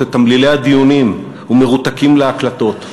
את תמלילי הדיונים ומרותקים להקלטות.